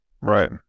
Right